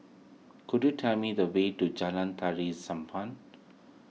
could you tell me the way to Jalan Tari